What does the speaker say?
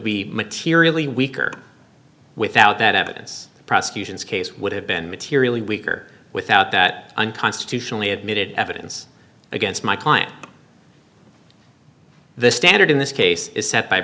be materially weaker without that evidence the prosecution's case would have been materially weaker without that unconstitutionally admitted evidence against my client the standard in this case is set by